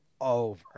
over